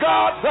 God